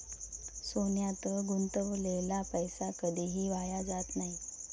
सोन्यात गुंतवलेला पैसा कधीही वाया जात नाही